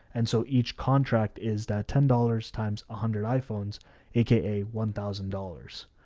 and so each contract is that ten dollars times a hundred i-phones aka one thousand dollars.